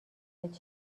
وارد